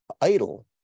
idle